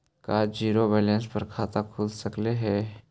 का zero balance पर खाता खुल सकले हे?